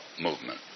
movement